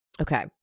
Okay